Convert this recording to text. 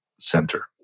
Center